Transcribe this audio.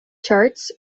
charts